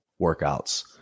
workouts